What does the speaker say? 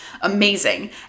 amazing